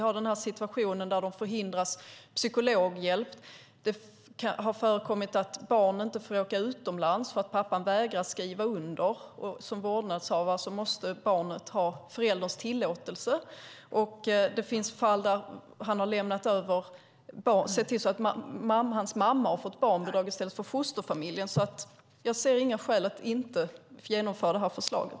Det finns situationer där barnen hindras att få psykologhjälp. Det har förekommit att barn inte har fått åka utomlands för att pappan vägrar skriva under, och barnet måste ha vårdnadshavarens tillåtelse för att få åka. Det finns fall där han har sett till så att hans mamma har fått barnbidrag i stället för fosterfamiljen. Jag ser alltså inga skäl att inte genomföra det här förslaget.